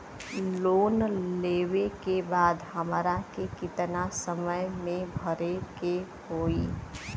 Loan लेवे के बाद हमरा के कितना समय मे भरे के होई?